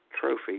trophy